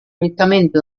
riccamente